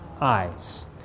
eyes